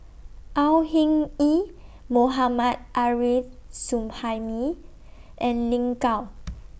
Au Hing Yee Mohammad Arif Suhaimi and Lin Gao